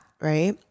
Right